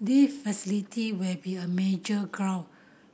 they facility will be a major grow